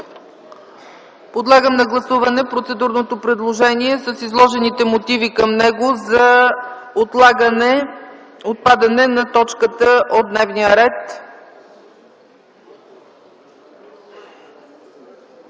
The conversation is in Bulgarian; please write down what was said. Подлагам на гласуване процедурното предложение с изложените мотиви към него за отпадане на точката от дневния ред.